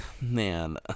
man